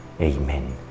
Amen